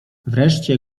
wreszcie